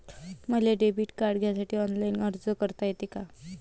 मले debit card घ्यासाठी online अर्ज करता येते का?